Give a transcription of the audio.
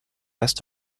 best